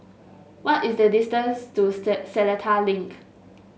what is the distance to said Seletar Link